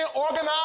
organized